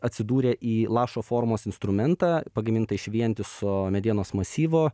atsidūrė į lašo formos instrumentą pagamintą iš vientiso medienos masyvo